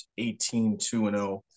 18-2-0